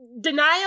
Denial